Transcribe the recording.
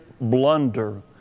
blunder